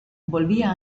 volvía